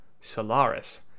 Solaris